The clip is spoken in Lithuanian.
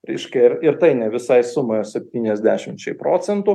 reiškia ir ir tai ne visai sumai o septyniasdešimčiai procentų